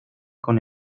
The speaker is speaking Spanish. con